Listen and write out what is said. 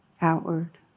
outward